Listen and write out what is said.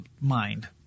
mind